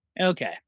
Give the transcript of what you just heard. Okay